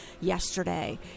yesterday